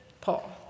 Paul